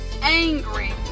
angry